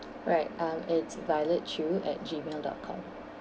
right um it's violet chew at gmail dot com